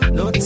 no